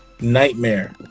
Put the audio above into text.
nightmare